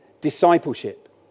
discipleship